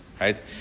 right